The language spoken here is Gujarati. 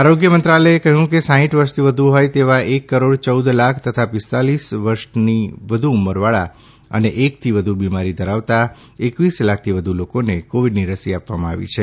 આરોગ્ય મંત્રાલયે કહ્યું છે કે સાઇઠ વર્ષથી વધુ હોય તેવા એક કરોડ યૌદ લાખ તથા પિસ્તાલીસ વર્ષથી વધુ ઉંમરવાળા એકથી વધુ બિમારી ધરાવતા એકવીસ લાખથી વધુ લોકોને કોવિડની રસી આપવામાં આવી છે